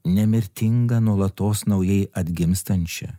nemirtinga nuolatos naujai atgimstančia